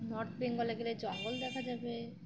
north বেঙ্গলে গেলে জঙ্গল দেখা যাবে